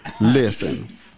Listen